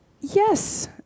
Yes